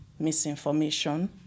misinformation